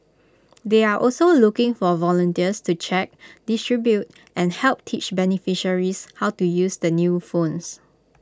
they're also looking for volunteers to check distribute and help teach beneficiaries how to use the new phones